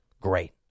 Great